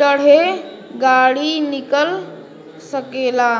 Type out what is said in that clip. चाहे गाड़ी निकाल सकेला